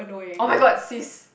[oh]-my-god sis